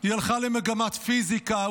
היא הלכה למגמת פיזיקה,